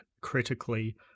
critically